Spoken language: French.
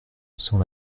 sans